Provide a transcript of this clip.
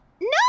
No